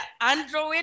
Android